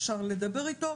אפשר לדבר איתו,